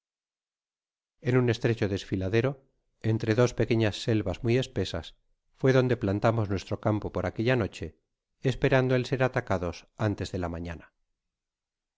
en un estrecho desfiladero entre dos pequeñas selvas muy espesas faé donde plantamos nuestro campo por aquella noche esperando el ser atacados antes de la mañana